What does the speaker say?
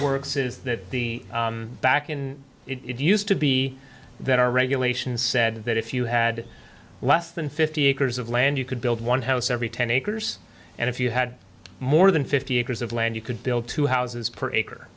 works is that the bakken it used to be that our regulations said that if you had less than fifty acres of land you could build one house every ten acres and if you had more than fifty acres of land you could build two houses per acre